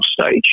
stage